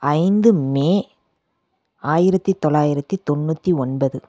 ஐந்து மே ஆயிரத்தி தொள்ளாயிரத்தி தொண்ணூற்றி ஒண்பது